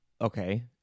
okay